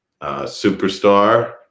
Superstar